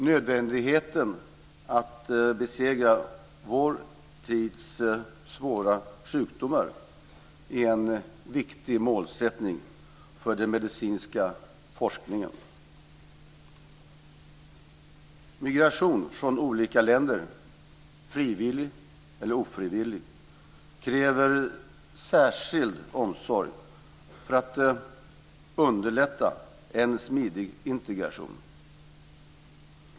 Nödvändigheten att besegra vår tids svåra sjukdomar är en viktig målsättning för den medicinska forskningen. Migration mellan olika länder, frivillig eller ofrivillig, kräver särskild omsorg för att underlätta en smidig integration.